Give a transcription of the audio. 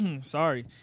sorry